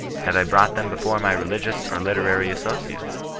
have i brought them before my religious or literary associates